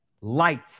Light